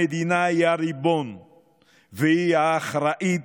המדינה היא הריבון והיא האחראית,